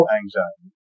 anxiety